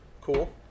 Cool